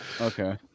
Okay